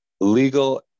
legal